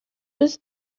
biss